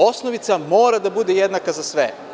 Osnovica mora da bude jednaka za sve.